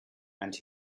and